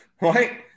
right